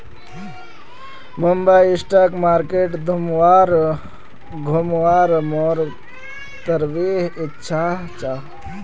Bombay stock market घुमवार मोर तीव्र इच्छा छ